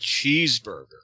cheeseburger